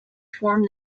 form